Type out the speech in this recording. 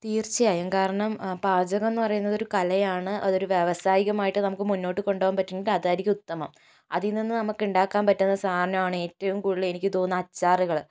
തീർച്ചയായും കാരണം പാചകം എന്ന് പറയുന്നത് ഒരു കലയാണ് അതൊരു വ്യവസായികമായിട്ട് അത് നമുക്ക് മുന്നോട്ട് കൊണ്ടുപോകാൻ പറ്റും അതായിരിക്കും ഉത്തമം അതിൽ നിന്ന് നമുക്ക് ഉണ്ടാക്കാൻ പറ്റുന്ന സാധനമാണ് ഏറ്റവും കൂടുതൽ എനിക്ക് തോന്നുന്നത് അച്ചാറുകള്